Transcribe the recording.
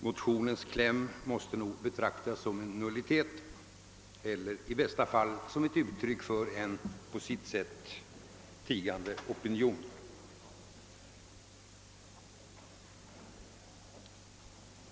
Motionens kläm måste nog betraktas som en nullitet eller i bästa fall som ett uttryck för en på sitt sätt tigande opinion.